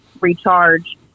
recharge